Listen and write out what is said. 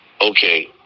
okay